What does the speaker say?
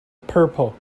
purple